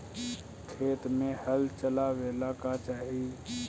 खेत मे हल चलावेला का चाही?